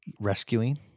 rescuing